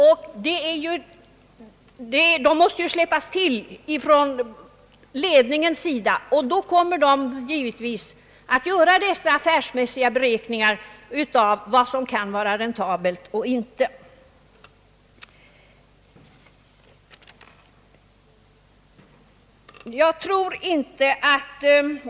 Pengarna måste anslås av ledningen, och då kommer givetvis ledningen att göra affärsmässiga beräkningar av vad som kan vara räntabelt eller inte.